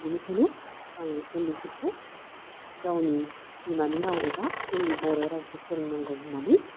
बिनिखायनो आं उन्दैफोरखौ गावनि बिमानि राव एबा जोंनि बर' रावखौ फोरोंनांगौ होननानै